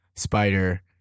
Spider